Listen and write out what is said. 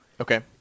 Okay